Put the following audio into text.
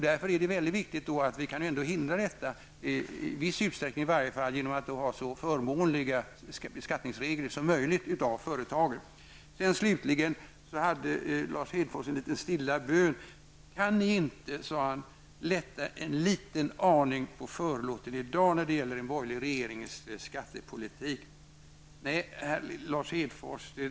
Det är viktigt att vi åtminstone i viss utsträckning kan förhindra detta genom att ha så förmånliga beskattningsregler som möjligt när det gäller företagen. Lars Hedfors uttalade en stilla bön: Kan ni inte, sade han, i dag lätta litet på förlåten när det gäller en borgerlig regerings skattepolitik. Nej, Lars Hedfors.